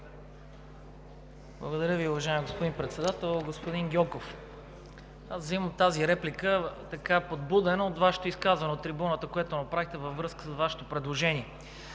Благодаря Ви, уважаеми господин Председател. Господин Гьоков, аз взимам тази реплика, подбуден от Вашето изказване от трибуната, което направихте във връзка с Вашето предложение.